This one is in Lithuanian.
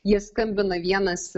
jie skambina vienas